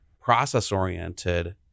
process-oriented